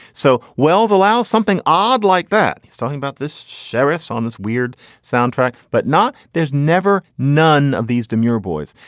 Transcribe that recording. so wells allow something odd like that. it's talking about this sheriffs' on this weird soundtrack, but not there's never none of these demure boys.